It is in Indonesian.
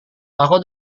aku